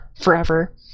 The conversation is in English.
forever